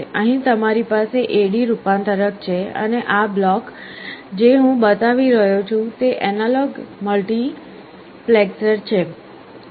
અહીં તમારી પાસે AD રૂપાંતરક છે અને આ બ્લોક જે હું બતાવી રહ્યો છું તે એનાલોગ મલ્ટિપ્લેક્સર છે